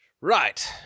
Right